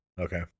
Okay